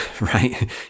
right